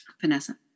Vanessa